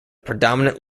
predominant